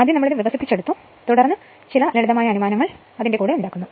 ആദ്യം നമ്മൾ വികസിപ്പിച്ചെടുത്തു തുടർന്ന് നമ്മൾ ചില ലളിതമായ അനുമാനങ്ങൾ ഉണ്ടാക്കുന്നു